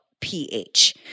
pH